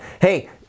Hey